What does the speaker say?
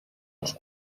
els